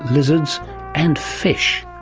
lizards and fish.